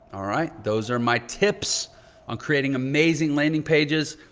all right? those are my tips on creating amazing landing pages.